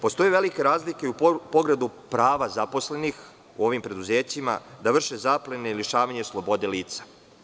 Postoji velika razlika i u pogledu prava zaposlenih u ovim preduzećima, da vrše zaplene i lišavanje slobode lica.